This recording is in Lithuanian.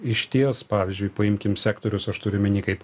išties pavyzdžiui paimkim sektorius aš turiu omeny kaip